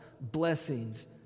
blessings